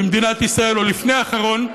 מדינת ישראל, או לפני האחרון,